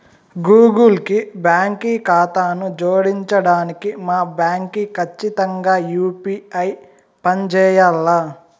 Google కి బాంకీ కాతాను జోడించడానికి మా బాంకీ కచ్చితంగా యూ.పీ.ఐ పంజేయాల్ల